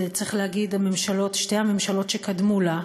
וצריך להגיד שתי הממשלות שקדמו לה,